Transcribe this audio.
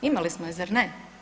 Imali smo je zar ne?